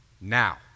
now